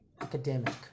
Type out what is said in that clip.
academic